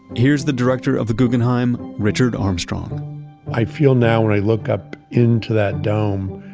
here's the director of the guggenheim, richard armstrong i feel now when i look up into that dome,